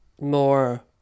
more